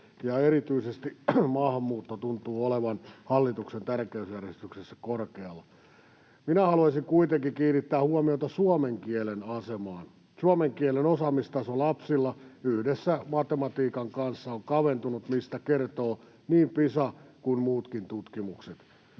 ja erityisesti maahanmuutto tuntuu olevan hallituksen tärkeysjärjestyksessä korkealla. Minä haluaisin kuitenkin kiinnittää huomiota suomen kielen asemaan. Suomen kielen osaamistaso lapsilla, yhdessä matematiikan kanssa, on kaventunut, mistä kertoo niin Pisa kuin muutkin tutkimukset.